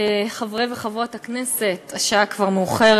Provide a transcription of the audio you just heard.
חברי וחברות הכנסת, השעה כבר מאוחרת.